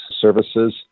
services